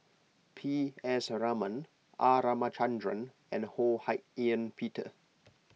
P S Raman R Ramachandran and Ho Hak Ean Peter